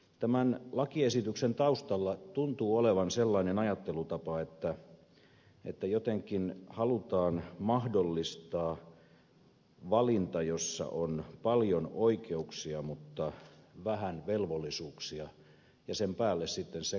tämän lakiesityksen taustalla tuntuu olevan sellainen ajattelutapa että jotenkin halutaan mahdollistaa valinta jossa on paljon oikeuksia mutta vähän velvollisuuksia ja sen päälle sitten sekava lainsäädäntö